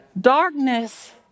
Darkness